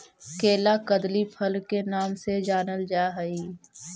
केला कदली फल के नाम से जानल जा हइ